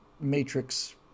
matrix